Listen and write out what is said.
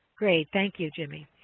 great. thank you, jimmy.